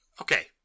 Okay